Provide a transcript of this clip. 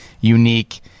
unique